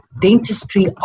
dentistry